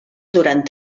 durant